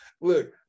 Look